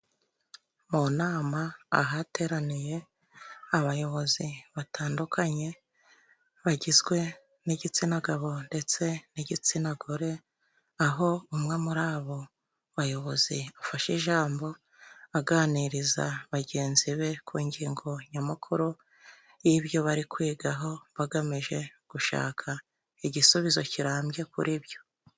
Mu nama ahateraniye abayobozi batandukanye bagizwe n'igitsina gabo ndetse n'igitsina gore ,aho umwe muri abo bayobozi afashe ijambo aganiriza bagenzi be ku ngingo nyamukuru y'ibyo bari kwigaho ,bagamije gushaka igisubizo kirambye kuri byo.